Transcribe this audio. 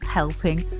helping